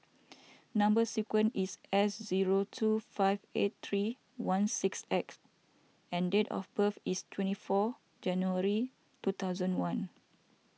Number Sequence is S zero two five eight three one six X and date of birth is twenty four January two thousand one